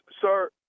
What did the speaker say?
Sir